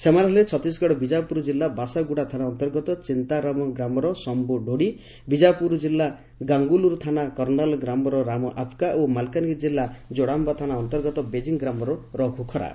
ସେମାନେ ହେଲେ ଛତିଶଗଡ଼ ବିଜାପୁର ଜିଲ୍ଲା ବାସାଗୁଡ଼ା ଥାନା ଅନ୍ତର୍ଗତ ଚିନ୍ତାରାମ ଗ୍ରାମର ଶମ୍ମୁ ଡୋଡି ବିଜାପୁର ଜିଲ୍ଲା ଗାଙ୍ଗୁଲୁର ଥାନା କାର୍ନାଲ ଗ୍ରାମର ରାମ ଆପକା ଓ ମାଲକାନଗିରି କିଲ୍ଲା ଯୋଡ଼ାମ୍ୟ ଥାନା ଅନ୍ତର୍ଗତ ବେଜିଂ ଗ୍ରାମର ରଘୁ ଖରା